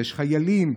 ויש חיילים,